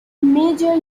major